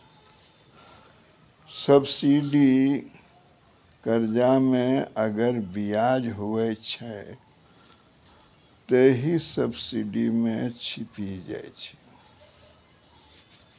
subsidy कर्जा मे अगर बियाज हुवै छै ते हौ सब्सिडी मे छिपी जाय छै